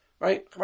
Right